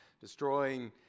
destroying